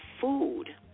food